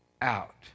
out